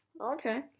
Okay